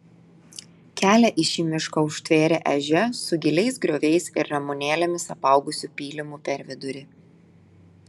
kelią į šį mišką užtvėrė ežia su giliais grioviais ir ramunėlėmis apaugusiu pylimu per vidurį